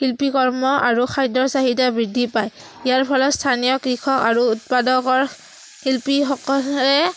শিল্পীকৰ্ম আৰু খাদ্যৰ চাহিদা বৃদ্ধি পায় ইয়াৰ ফলত স্থানীয় কৃষক আৰু উৎপাদকৰ শিল্পীসকলে